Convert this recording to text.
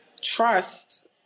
Trust